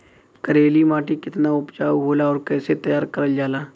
करेली माटी कितना उपजाऊ होला और कैसे तैयार करल जाला?